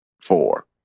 four